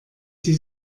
sie